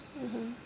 mmhmm